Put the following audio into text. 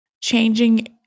changing